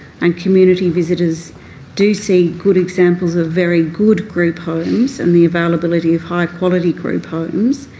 and community visitors do see good examples of very good group homes, and the availability of high quality group homes,